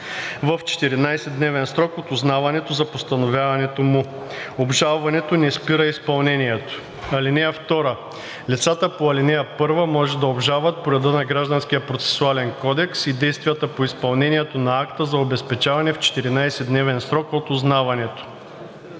в 14-дневен срок от узнаването за постановяването му. Обжалването не спира изпълнението. (2) Лицата по ал. 1 може да обжалват по реда на Гражданския процесуален кодекс и действията по изпълнението на акта за обезпечаване в 14-дневен срок от узнаването.